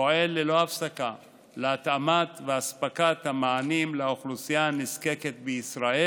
פועל ללא הפסקה להתאמת המענים ולאספקתם לאוכלוסייה הנזקקת בישראל.